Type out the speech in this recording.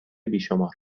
بیشمار